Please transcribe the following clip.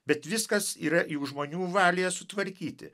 bet viskas yra juk žmonių valioje sutvarkyti